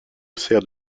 sert